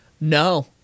No